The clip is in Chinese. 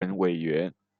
主任委员